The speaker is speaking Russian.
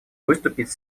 выступить